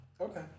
Okay